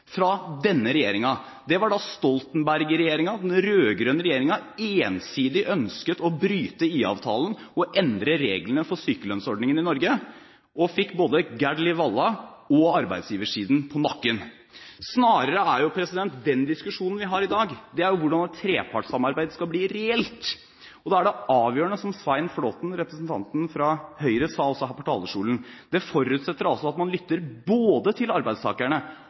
var da Stoltenberg-regjeringen, den rød-grønne regjeringen, ensidig ønsket å bryte IA-avtalen og endre reglene for sykelønnsordningen i Norge, og fikk både Gerd-Liv Valla og arbeidsgiversiden på nakken. Snarere er jo den diskusjonen vi har i dag, en diskusjon om hvordan trepartssamarbeidet skal bli reelt. Da er det avgjørende, det forutsetter – som representanten Svein Flåtten fra Høyre sa her på talerstolen – at man lytter både til arbeidstakerne